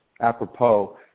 apropos